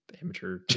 amateur